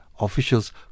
officials